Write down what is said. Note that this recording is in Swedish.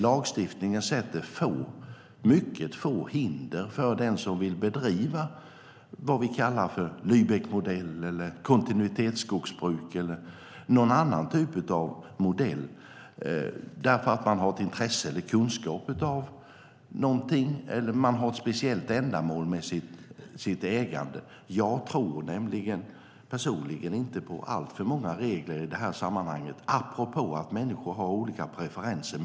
Lagstiftningen sätter upp mycket få hinder för den som vill bedriva det vi kallar för Lübeckmodellen eller kontinuitetsskogsbruk, eller någon annan typ av modell för att man har intresse, kunskap eller ett speciellt ändamål med sitt ägande. Jag tror nämligen inte på alltför många regler i det här sammanhanget med tanke på att människor har olika referenser.